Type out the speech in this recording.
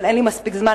אבל אין לי מספיק זמן.